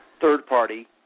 third-party